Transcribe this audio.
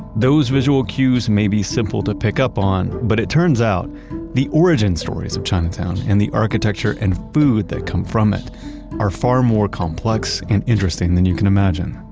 those visual cues may be simple to pick up on, but it turns out the origin stories of chinatown and the architecture and food that come from it are far more complex and interesting than you can imagine.